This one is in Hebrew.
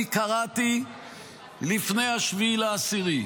אני קראתי לפני 7 באוקטובר 2023,